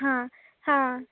हां हां